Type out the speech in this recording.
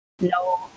No